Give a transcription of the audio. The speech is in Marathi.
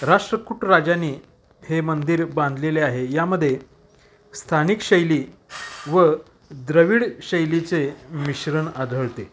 राष्ट्रकुट राजाने हे मंदिर बांधलेले आहे यामध्ये स्थानिक शैली व द्रविड शैलीचे मिश्रण आढळते